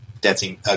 dancing